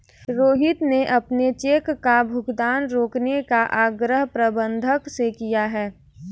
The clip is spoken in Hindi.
रोहित ने अपने चेक का भुगतान रोकने का आग्रह प्रबंधक से किया है